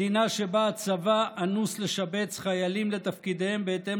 מדינה שבה הצבא אנוס לשבץ חיילים לתפקידיהם בהתאם